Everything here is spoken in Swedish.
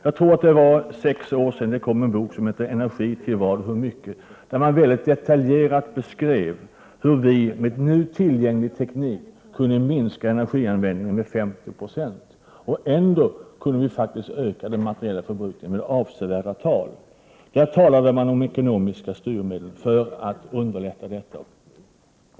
Jag tror att det var sex år sedan det kom en bok som hette Energi — till vad pris och hur mycket? Där beskrevs mycket detaljerat hur vi med nu tillgänglig teknik kunde minska energianvändningen med 50 20. Och ändå kunde vi faktiskt öka den materiella förbrukningen avsevärt. I boken talade man om ekonomiska styrmedel för att underlätta detta.